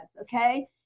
Okay